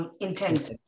Intent